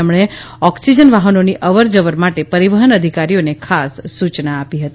તેમણે ઓકસીજન વાહનોની અવર જવર માટે પરીવહન અધિકારીઓને ખાસ સુચના આપી હતી